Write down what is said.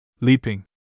Leaping